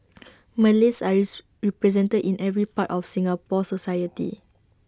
Malays represented in every part of Singapore society